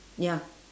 ya